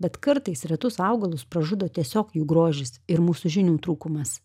bet kartais retus augalus pražudo tiesiog jų grožis ir mūsų žinių trūkumas